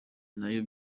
nayo